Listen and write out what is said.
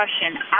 question